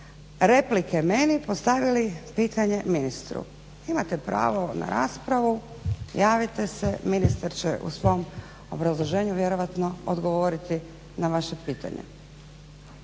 replike meni postavili pitanje ministru. Imate pravo na raspravu, javite se, ministar će u svom obrazloženju vjerovatno odgovoriti na vaše pitanje.